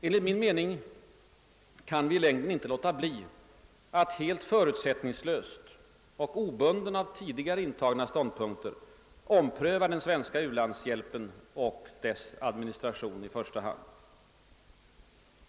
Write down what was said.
Enligt min mening kan vi i längden inte låta bli att helt förutsättningslöst och obundet av tidigare intagna ståndpunkter ompröva den svenska u-landshjälpen och dess administration i första hand.